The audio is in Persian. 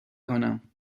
کنم